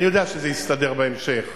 אני יודע שזה יסתדר בהמשך,